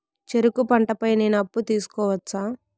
చెరుకు పంట పై నేను అప్పు తీసుకోవచ్చా?